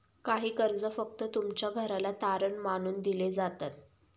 काही कर्ज फक्त तुमच्या घराला तारण मानून दिले जातात